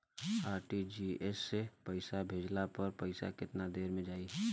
RTGS से पईसा भेजला पर पईसा केतना देर म जाई?